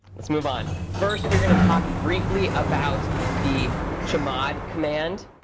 let's move on. first, we're going to talk briefly about the chmod command.